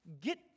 Get